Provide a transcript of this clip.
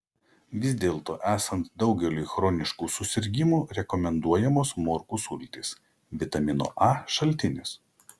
vis dėlto esant daugeliui chroniškų susirgimų rekomenduojamos morkų sultys vitamino a šaltinis